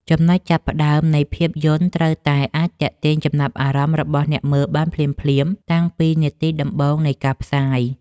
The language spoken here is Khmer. ចំណុចចាប់ផ្ដើមនៃភាពយន្តត្រូវតែអាចទាក់ទាញចំណាប់អារម្មណ៍របស់អ្នកមើលបានភ្លាមៗតាំងពីនាទីដំបូងនៃការផ្សាយ។